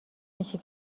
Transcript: میشه